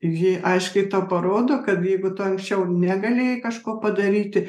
ji aiškiai parodo kad jeigu tu anksčiau negalėjai kažko padaryti